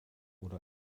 oder